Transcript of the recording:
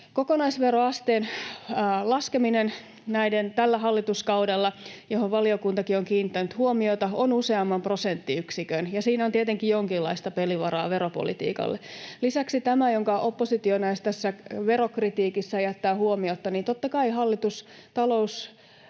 kokonaisveroasteen laskeminen, johon valiokuntakin on kiinnittänyt huomiota, on useamman prosenttiyksikön, ja siinä on tietenkin jonkinlaista pelivaraa veropolitiikalle. Lisäksi on tämä, minkä oppositio tässä verokritiikissä jättää huomiotta: totta kai hallitus talous-